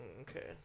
okay